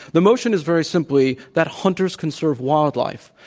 the motion is very simply that hunters conserve wildlife.